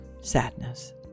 sadness